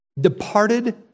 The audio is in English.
departed